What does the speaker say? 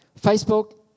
Facebook